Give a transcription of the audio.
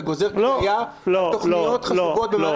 אתה גוזר דחייה של תוכניות חשובות במערכת החינוך.